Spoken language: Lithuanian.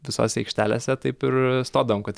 visose aikštelėse taip ir stodavom kad